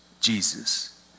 Jesus